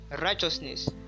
Righteousness